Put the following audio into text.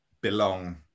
belong